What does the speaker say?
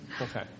Okay